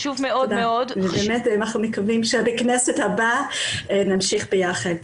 אנחנו מקווים שבכנסת הבאה נמשיך ביחד.